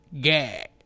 Gag